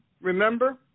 Remember